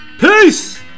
Peace